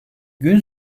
gün